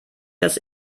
dass